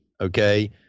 Okay